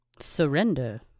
surrender